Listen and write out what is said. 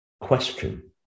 question